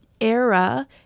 era